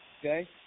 Okay